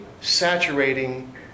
saturating